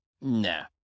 Nah